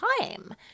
time